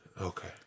Okay